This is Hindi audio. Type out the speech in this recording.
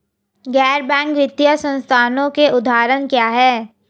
गैर बैंक वित्तीय संस्थानों के उदाहरण क्या हैं?